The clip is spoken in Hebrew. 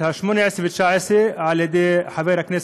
השמונה-עשרה והתשע-עשרה על ידי חבר הכנסת,